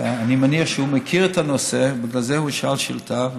אני מניח שהוא מכיר את הנושא ובגלל זה הוא שאל שאילתה,